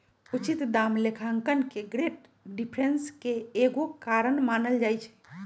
उचित दाम लेखांकन के ग्रेट डिप्रेशन के एगो कारण मानल जाइ छइ